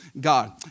God